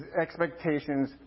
expectations